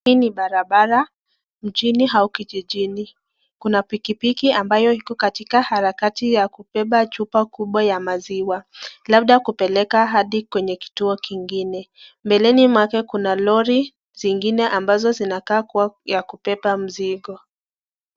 Hii ni barabara, mjini au kijijini. Kuna pikipiki ambayo iko katika harakati ya kubeba chupa kubwa ya maziwa, labda kupeleka hadi kwenye kituo kingine. Mbeleni mwake kuna lori zingine ambazo zinakaa kuwa ya kubeba mzigo